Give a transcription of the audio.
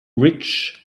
rich